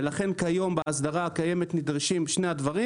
ולכן כיום בהסדרה הקיימת נדרשים שני הדברים.